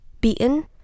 beaten